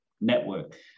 network